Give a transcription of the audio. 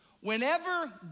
Whenever